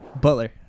Butler